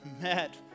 met